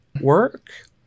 work